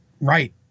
right